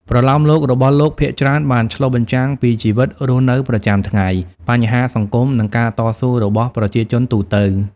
ប្រលោមលោករបស់លោកភាគច្រើនបានឆ្លុះបញ្ចាំងពីជីវិតរស់នៅប្រចាំថ្ងៃ បញ្ហាសង្គម និងការតស៊ូរបស់ប្រជាជនទូទៅ។